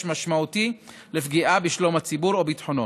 משמעותי לפגיעה בשלום הציבור או ביטחונו.